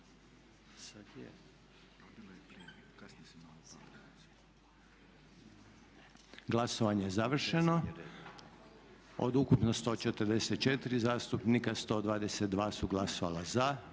Glasovanje je završeno. /Pljesak./ Od 149 zastupnika, 83 su glasovala za,